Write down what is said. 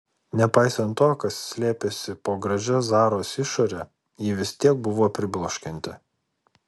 nepaisant to kas slėpėsi po gražia zaros išore ji vis tiek buvo pribloškianti